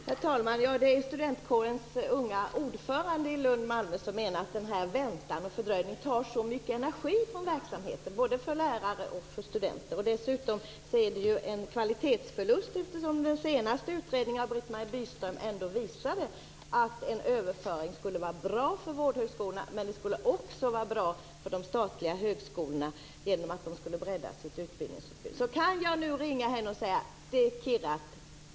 Herr talman! Det är studentkårens unga ordförande i Lund/Malmö som menar att den här väntan och fördröjningen tar så mycket energi från verksamheten, både för lärare och studenter. Dessutom är det ju en kvalitetsförlust. Den senaste utredningen av Britt Marie Byström visade att en överföring skulle vara bra för vårdhögskolorna, men det skulle också vara bra för de statliga högskolorna genom att de skulle bredda sitt utbildningsutbud. Kan jag nu ringa henne och säga: Det är kirrat.